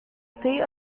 seat